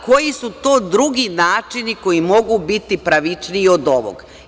Koji su to drugi načini koji mogu biti pravičniji od ovog?